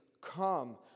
come